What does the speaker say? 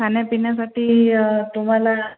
खाण्यापिण्यासाठी तुम्हाला